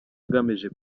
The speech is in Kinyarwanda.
agamije